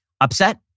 upset